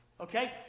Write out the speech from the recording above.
Okay